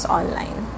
online